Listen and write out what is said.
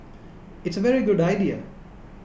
it's a very good idea